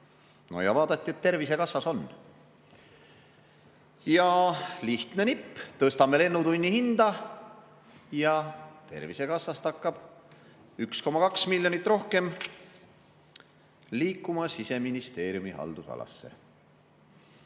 No ja vaadati, et Tervisekassas on. Lihtne nipp: tõstame lennutunni hinda ja Tervisekassast hakkab 1,2 miljonit eurot rohkem liikuma Siseministeeriumi haldusalasse.